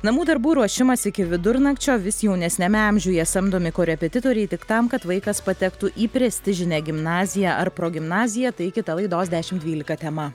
namų darbų ruošimas iki vidurnakčio vis jaunesniame amžiuje samdomi korepetitoriai tik tam kad vaikas patektų į prestižinę gimnaziją ar progimnaziją tai kita laidos dešimt dvylika tema